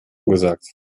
gesagt